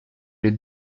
les